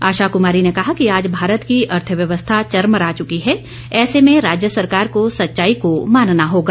आशा कुमारी ने कहा कि आज भारत की अर्थव्यवस्था चरमरा चुकी है ऐसे में राज्य सरकार को सच्चाई को मानना होगा